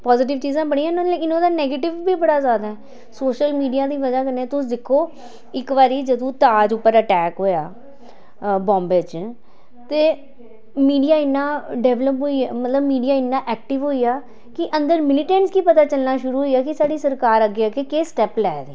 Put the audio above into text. positive चीजां बड़ियां न लेकिन ओह्दा नेगेटिव बी बड़ा जादा ऐ सोशल मीडिया दी बजह् कन्नै तुस दिक्खो इक बारी जदूं ताज उप्पर अटैक होया बम्बे च ते मीडिया इ'न्ना मतलब मीडिया इ'न्ना एक्टिव होइया कि अन्दर मिलिटेंट्स गी पता चलना शुरू होइया कि साढ़ी सरकार अग्गें अग्गें केह् स्टेप लै दी